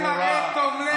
זה מראה תום לב.